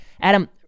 Adam